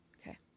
Okay